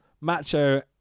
macho